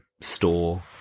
store